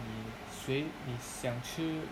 你随你想去